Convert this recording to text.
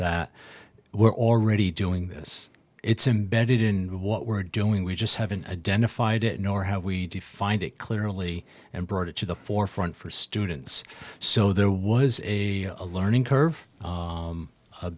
that were already doing this it's embedded in what we're doing we just haven't identified it nor how we defined it clearly and brought it to the forefront for students so there was a a learning curve